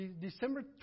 December